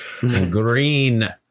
green